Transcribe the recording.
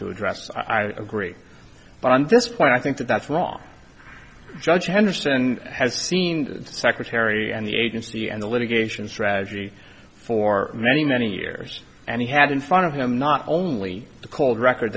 to address i agree but on this point i think that that's wrong judge henderson has seen the secretary and the agency and the litigation strategy for many many years and he had in front of him not only the cold record